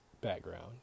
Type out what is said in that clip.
background